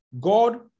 God